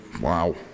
wow